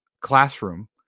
classroom